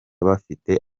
bafite